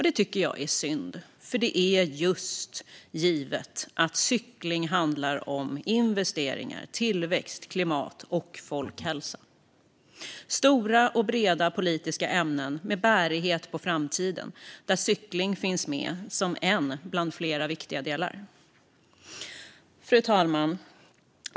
Det tycker jag är synd, för cykling handlar just om investeringar, tillväxt, klimat och folkhälsa - stora och breda politiska ämnen med bäring på framtiden där cykling finns med som en av flera viktiga delar. Fru talman!